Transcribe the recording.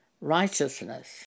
righteousness